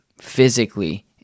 physically